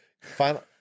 Final